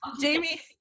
Jamie